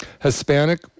Hispanic